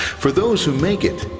for those who make it,